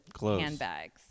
handbags